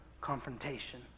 confrontation